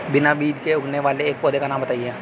बिना बीज के उगने वाले एक पौधे का नाम बताइए